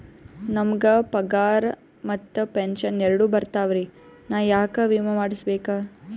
ನಮ್ ಗ ಪಗಾರ ಮತ್ತ ಪೆಂಶನ್ ಎರಡೂ ಬರ್ತಾವರಿ, ನಾ ಯಾಕ ವಿಮಾ ಮಾಡಸ್ಬೇಕ?